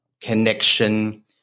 connection